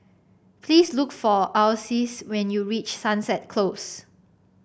please look for Ulysses when you reach Sunset Close